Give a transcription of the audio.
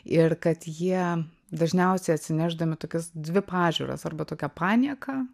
ir kad jie dažniausiai atsinešdami tokias dvi pažiūras arba tokią panieką